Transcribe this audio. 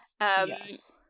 Yes